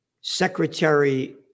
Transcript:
Secretary